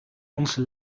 onze